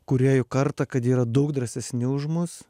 kūrėjų kartą kad yra daug drąsesni už mus